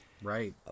Right